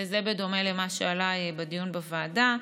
וזה בדומה למה שעלה בדיון בוועדה.